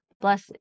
Bless